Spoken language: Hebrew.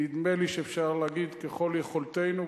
נדמה לי שאפשר להגיד: ככל יכולתנו,